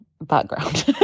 background